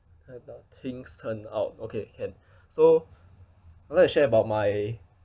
how the things turned out okay can so I'd like to share about my